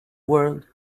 world